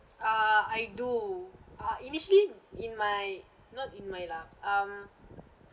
uh I do uh initially in my not in my lah um